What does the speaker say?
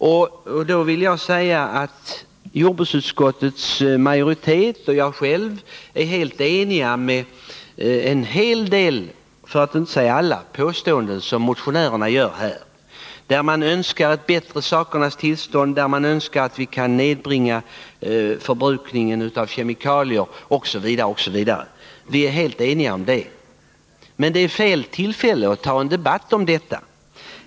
Jag vill säga att både jordbruksutskottets majoritet och jag själv instämmer i en hel del av de påståenden — för att inte säga alla — som motionärerna gör här, när man önskar att det skall bli ett bättre sakernas tillstånd, att förbrukningen av kemikalier skall nedbringas osv. Där är vi helt eniga, men det är fel tillfälle att ta upp en debatt om detta.